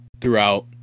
throughout